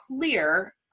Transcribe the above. clear